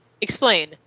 Explain